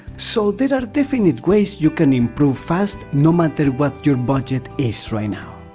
so there are definite ways you can improve fast, no matter what your budget is right now.